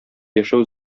яшәү